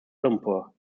lumpur